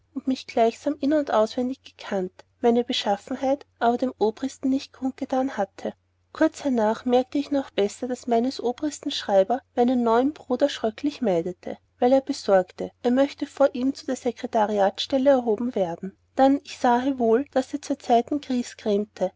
mich gleichsam in und auswendig gekannt meine beschaffenheit aber dem obristen nicht kundgetan hatte kurz hernach merkte ich noch besser daß meines obristen schreiber meinen neuen bruder schröcklich neidete weil er besorgte er möchte vor ihm zu der sekretariatstelle erhoben werden dann ich sahe wohl wie er zuzeiten